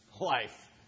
life